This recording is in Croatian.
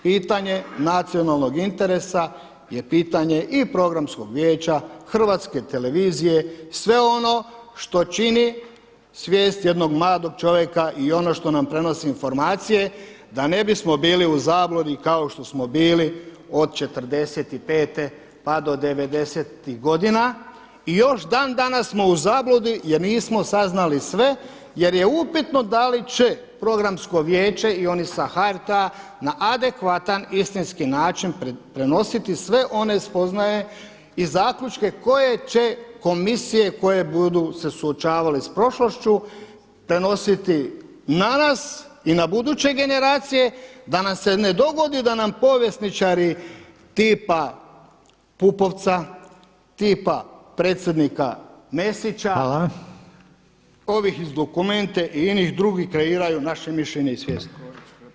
Pitanje nacionalnog interesa je pitanja i programskog vijeća, HRT-a, sve ono što čini svijest jednog mladog čovjeka i ono što nam prenosi informacije da ne bismo bili u zabludi kao što smo bili od '45.-te pa do '90.-tih godina i još dan danas smo u zabludi jer nismo saznali sve jer je upitno da li će programsko vijeće i oni sa HRT-a na adekvatan istinski način prenositi sve one spoznaje i zaključke koje će komisije koje budu se suočavale s prošlošću prenositi na nas i na buduće generacije da nam se ne dogodi da nam povjesničari tipa Pupovca, tipa predsjednika Mesića, ovih iz Documente, i inih drugih kreiraju naše mišljenje i svijest.